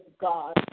God